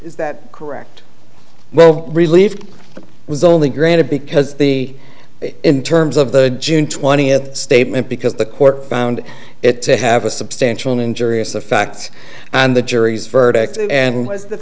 is that correct well relief was only granted because the in terms of the june twentieth statement because the court found it to have a substantial injurious the facts and the jury's verdict and